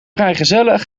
vrijgezellen